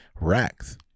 racks